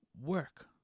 work